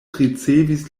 ricevis